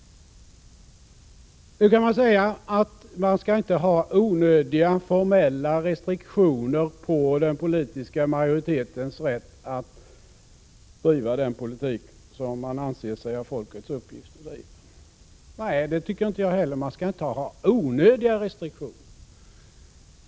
Någon kan i det här sammanhanget invända att vi inte skall lägga onödiga formella restriktioner på den politiska majoritetens rätt att driva den politik som den anser sig ha folkets uppgift att driva. Nej, det tycker inte heller jag. Man skall inte ha onödiga restriktioner.